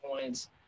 points